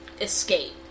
escape